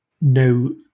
no